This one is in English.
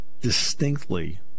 distinctly